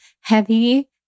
heavy